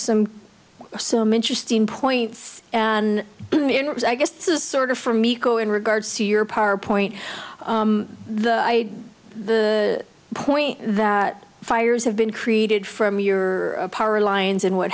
some some interesting points and i guess this is sort of for me to go in regards to your power point the i the point that fires have been created from your power lines and what